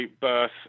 birth